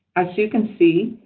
as you can see,